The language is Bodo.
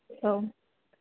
औ